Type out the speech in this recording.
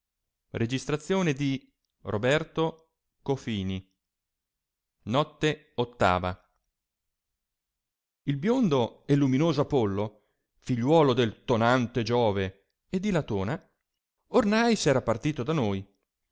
settima notte notte ottava il biondo e luminoso apollo figliuolo del tonante giove e di latona ornai s'era partito da noi